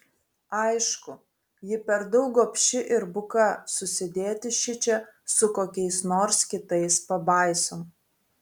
aišku ji per daug gobši ir buka susidėti šičia su kokiais nors kitais pabaisom